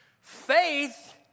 faith